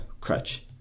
crutch